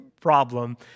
problem